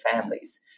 families